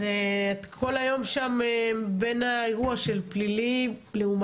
כל היום שם הם בין האירוע של פלילי/לאומני/ביטחוני